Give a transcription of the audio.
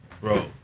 Bro